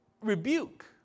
rebuke